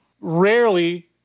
rarely